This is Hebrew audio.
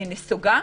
נסוגה,